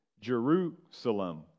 Jerusalem